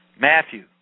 Matthew